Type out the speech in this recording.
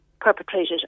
perpetrated